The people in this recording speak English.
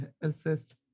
assist